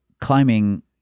climbing